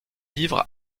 livres